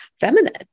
feminine